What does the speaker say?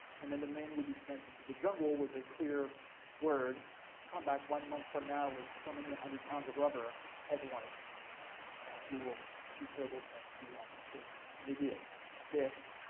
and then the man would be sent into the jungle with a clear word come back one month from now with so many hundred pounds of rubber otherwise we will do terrible things to your wife and children. and they did this.